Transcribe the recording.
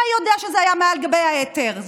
אתה יודע שזה היה מעל גבי האתר.